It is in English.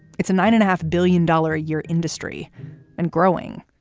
it's a nine and a half billion dollar a year industry and growing.